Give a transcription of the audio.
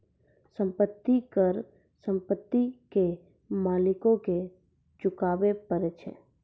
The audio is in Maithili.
संपत्ति कर संपत्ति के मालिको के चुकाबै परै छै